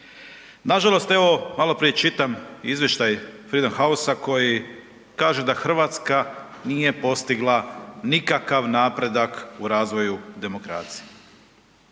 Nažalost, evo maloprije čitam izvještaj Freedom House koji kaže da Hrvatska nije postigla nikakav napredak u razvoju demokracije.